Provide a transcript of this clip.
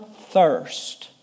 thirst